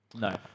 No